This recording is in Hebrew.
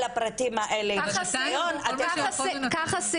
על הפרטים האלה יש חסיון --- כך עשינו.